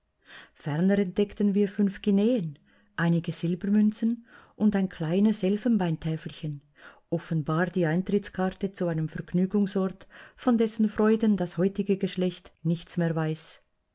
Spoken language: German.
ferner entdeckten wir fünf guineen einige silbermünzen und ein kleines elfenbeintäfelchen offenbar die eintrittskarte zu einem vergnügungsort von dessen freuden das heutige geschlecht nichts mehr weiß